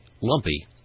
lumpy